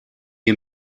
you